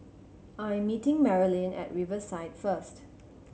I am meeting Marilynn at Riverside first